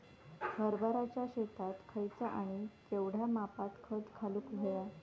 हरभराच्या शेतात खयचा आणि केवढया मापात खत घालुक व्हया?